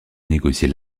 négocier